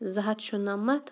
زٕ ہَتھ شُنَمَتھ